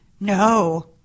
No